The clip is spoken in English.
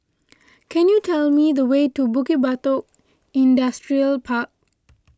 can you tell me the way to Bukit Batok Industrial Park